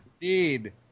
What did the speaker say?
Indeed